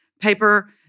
paper